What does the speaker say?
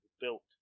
built